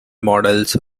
models